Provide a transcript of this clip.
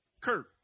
Kurt